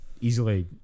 Easily